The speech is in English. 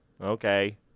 Okay